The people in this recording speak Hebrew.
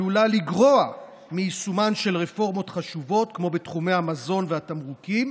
עלולה לגרוע מיישומן של רפורמות חשובות כמו בתחומי המזון והתמרוקים,